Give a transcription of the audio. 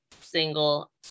single